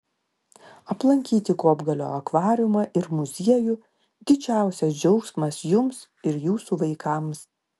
aplankyti kopgalio akvariumą ir muziejų didžiausias džiaugsmas jums ir jūsų vaikams